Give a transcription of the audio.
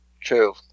True